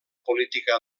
política